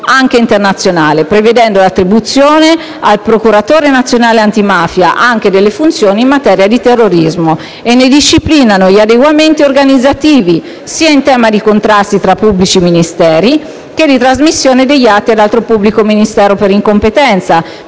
anche internazionale, prevedono l'attribuzione al procuratore nazionale antimafia anche delle funzioni in materia di antiterrorismo e ne disciplinano gli adeguamenti organizzativi, in tema sia di contrasti tra pubblici ministeri, che di trasmissione degli atti ad altro pubblico ministero per incompetenza,